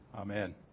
Amen